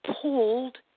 pulled